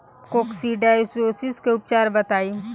Coccidiosis के उपचार बताई?